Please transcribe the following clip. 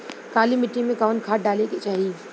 काली मिट्टी में कवन खाद डाले के चाही?